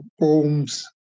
poems